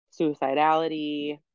suicidality